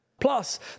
Plus